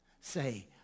say